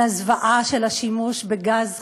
על הזוועה של השימוש בגז כימי.